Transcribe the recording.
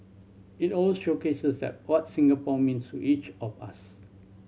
it also showcases that what Singapore means to each of us